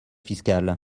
fiscal